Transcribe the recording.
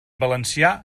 valencià